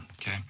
Okay